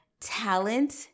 talent